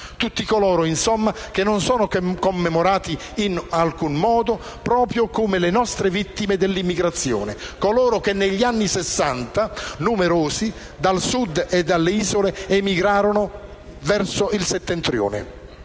Tutti coloro, insomma, che non sono commemorati in alcun modo, proprio come le nostre vittime dell''immigrazione, coloro che negli anni Sessanta, numerosi, dal Sud e dalle Isole emigrarono verso il Settentrione.